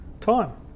time